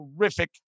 terrific